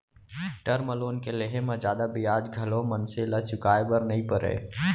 term loan के लेहे म जादा बियाज घलोक मनसे ल चुकाय बर नइ परय